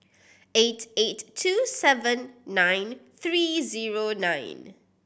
eight eight two seven nine three zero nine